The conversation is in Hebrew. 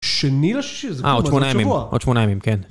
שני לשישי זה עוד שבוע, עוד שמונה ימים, עוד שמונה ימים כן